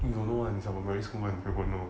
you don't know one it's our primary school you won't know